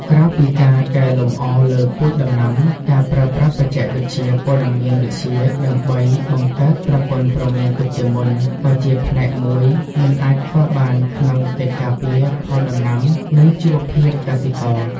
ក្រៅពីការកែលម្អលើពូជដំណាំ ការប្រើប្រាស់បច្ចេកវិទ្យាព័ត៌មានវិទ្យាដើម្បីបង្កើតប្រព័ន្ធព្រមានទុកជាមុន ក៏ជាផ្នែកមួយមិនអាចខ្វះបានក្នុងកិច្ចការពារផលដំណាំ និងជីវភាពកសិករ។